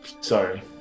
Sorry